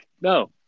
No